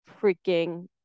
freaking